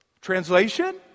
Translation